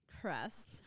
crest